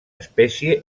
espècie